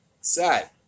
Sad